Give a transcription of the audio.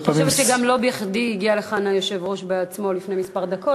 אני חושבת שגם לא בכדי הגיע לכאן היושב-ראש בעצמו לפני כמה דקות,